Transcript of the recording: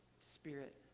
Spirit